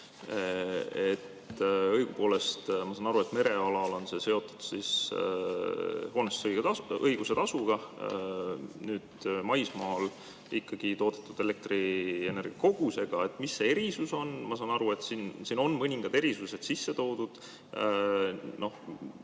ma saan aru, et merealal on see seotud hoonestusõiguse tasuga, maismaal ikkagi toodetud elektrienergia kogusega. Mis see erisus on? Ma saan aru, et siin on mõningad erisused sisse toodud,